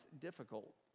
difficult